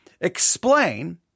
explain